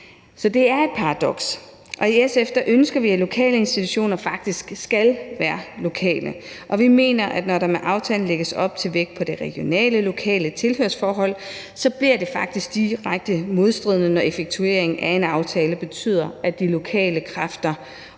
Så det er et paradoks. I SF ønsker vi faktisk, at lokale institutioner skal være lokale, og vi mener, at det, når der med aftalen lægges op til en vægt på det regionale og lokale tilhørsforhold, så faktisk bliver direkte modstridende, når effektueringen af aftalen betyder, at de lokale kræfter